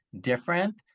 different